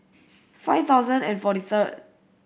five thousand and forty third